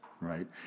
right